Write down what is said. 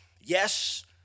Yes